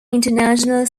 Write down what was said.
international